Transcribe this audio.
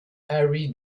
harry